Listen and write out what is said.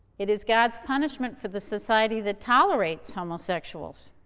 it is god's punishment for the society that tolerates homosexuals.